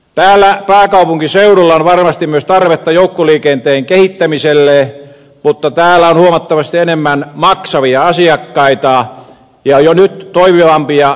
täällä pääkaupunkiseudulla on varmasti myös tarvetta joukkoliikenteen kehittämiselle mutta täällä on huomattavasti enemmän maksavia asiakkaita ja jo nyt toimivampia joukkoliikenneverkostoja